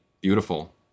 beautiful